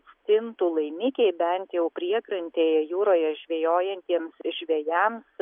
stintų laimikiai bent jau priekrantėje jūroje žvejojantiems žvejams